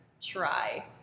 try